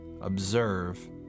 observe